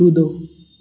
कूदो